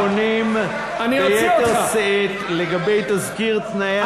הדברים נכונים ביתר שאת לגבי תזכיר תנאי השכר,